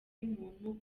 y’umuntu